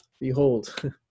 Behold